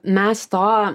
mes to